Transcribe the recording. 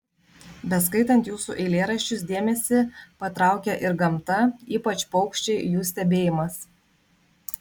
beskaitant jūsų eilėraščius dėmesį patraukia ir gamta ypač paukščiai jų stebėjimas